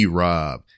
rob